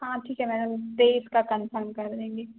हाँ ठीक है मैडम तेईस का कन्फर्म कर देंगे